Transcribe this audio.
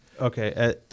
Okay